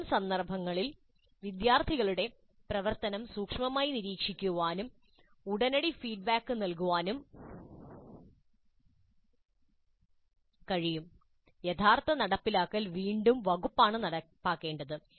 അത്തരം സന്ദർഭങ്ങളിൽ വിദ്യാർത്ഥികളുടെ പ്രവർത്തനം സൂക്ഷ്മമായി നിരീക്ഷിക്കാനും ഉടനടി ഫീഡ്ബാക്ക് നൽകാനും കഴിയും യഥാർത്ഥ നടപ്പാക്കൽ വീണ്ടും വകുപ്പാണ് നടപ്പാക്കേണ്ടത്